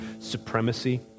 supremacy